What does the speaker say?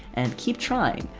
and keep trying!